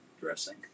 dressing